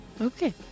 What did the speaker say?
Okay